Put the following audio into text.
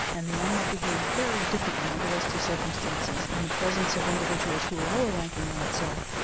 and the animal behaved very differently under those two circumstances. in the presence of individuals who were lower-ranking than itself,